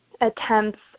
attempts